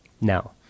Now